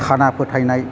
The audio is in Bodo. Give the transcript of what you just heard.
खाना फोथायनाय